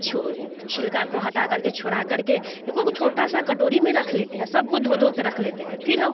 छिलका को हटाकर के छोराकर के एकोगो छोटा सा कटोरी में रख लेते हैं सबको धो धो के रख लेते हैं फिर हम